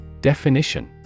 Definition